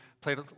played